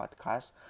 podcast